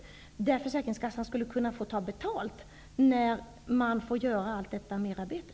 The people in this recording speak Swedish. Tanken var ju då att försäkringskassan skulle kunna ta betalt för allt sitt merarbete.